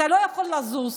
אתה לא יכול לזוז,